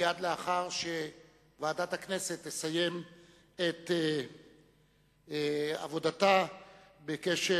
מייד לאחר שוועדת הכנסת תסיים את עבודתה בקשר